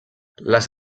les